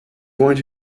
going